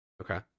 Okay